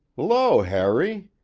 lo, harry!